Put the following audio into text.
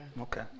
Okay